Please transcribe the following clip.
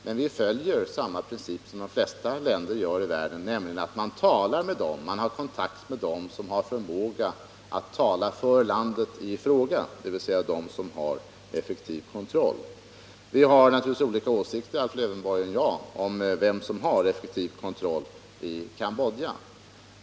Men vi följer samma praxis som de flesta länder i världen, nämligen att man har kontakt med dem som har förmåga att tala för landet i fråga, dvs. de som har effektiv kontroll. Vi har naturligtvis olika åsikter, Alf Lövenborg och jag, om vem som har effektiv kontroll i Cambodja.